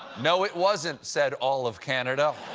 no it wasn't, said all of canada.